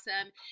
awesome